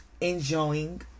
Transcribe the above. enjoying